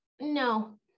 no